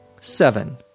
seven